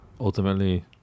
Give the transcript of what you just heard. ultimately